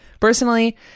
Personally